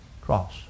cross